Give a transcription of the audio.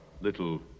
little